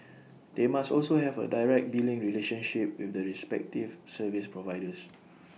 they must also have A direct billing relationship with the respective service providers